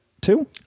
two